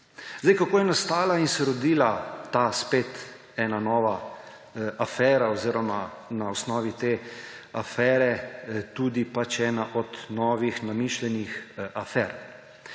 Kako je spet nastala in se rodila ta nova afera oziroma na osnovi te afere tudi ena od novih, namišljenih afer?